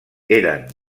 eren